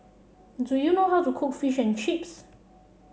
do you know how to cook Fish and Chips